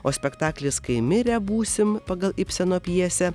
o spektaklis kai mirę būsim pagal ibseno pjesę